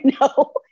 No